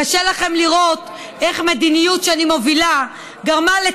קשה לכם לראות איך מדיניות שאני מובילה גרמה,